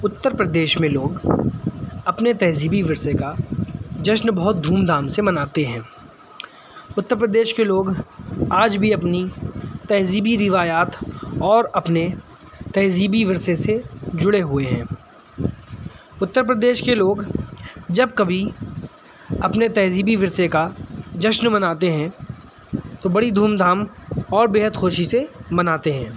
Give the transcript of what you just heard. اتّر پردیش میں لوگ اپنے تہذیبی ورثے کا جشن بہت دھوم دھام سے مناتے ہیں اتّر پردیش کے لوگ آج بھی اپنی تہذیبی روایات اور اپنے تہذیبی ورثے سے جڑے ہوئے ہیں اتّر پردیش کے لوگ جب کبھی اپنے تہذیبی ورثے کا جشن مناتے ہیں تو بڑی دھوم دھام اور بےحد خوشی سے مناتے ہیں